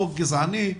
חוק גזעני,